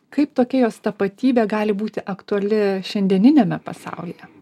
kaip tokia jos tapatybė gali būti aktuali šiandieniniame pasaulyje